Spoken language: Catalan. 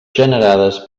generades